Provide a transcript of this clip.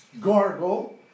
gargle